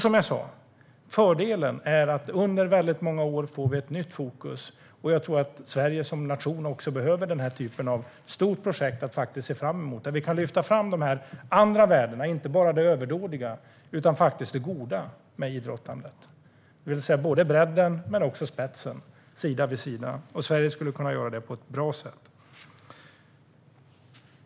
Som jag sa tidigare är fördelen att vi under många år får ett nytt fokus, och jag tror att Sverige som nation behöver den här typen av stort projekt att se fram emot där vi kan lyfta fram de andra värdena - inte bara det överdådiga utan faktiskt det goda med idrottandet, det vill säga bredden och spetsen sida vid sida. Sverige skulle kunna göra det på ett bra sätt.